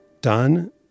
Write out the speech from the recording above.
done